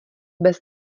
bez